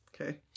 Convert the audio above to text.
Okay